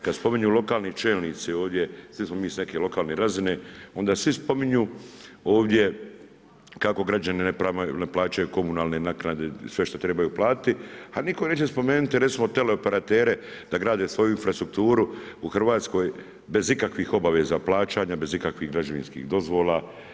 Kad se spominju lokalni čelnici ovdje, svi smo mi s neke lokalne razine, onda svi spominju ovdje kako građani ne plaćaju komunalne naknade, sve što trebaju platiti, a nitko neće spomenuti recimo teleoperatere da grade svoju infrastrukturu u Hrvatskoj bez ikakvih obaveza plaćanja, bez ikakvih građevinskih dozvola.